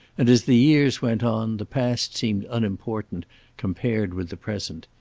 and, as the years went on, the past seemed unimportant compared with the present.